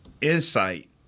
insight